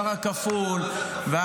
אתה מפריע פה לכולם, מה זה אל תפריע לי.